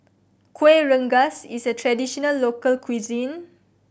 Kueh Rengas is a traditional local cuisine